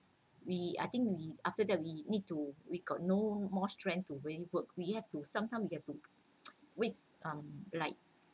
we I think we after that we need to we got no more strength to really work we have to sometimes you have to with um like